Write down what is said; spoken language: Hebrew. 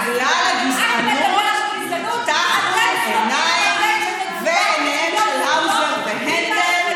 אבל בגלל הגזענות, איפה אתם בנושא האסי?